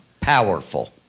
powerful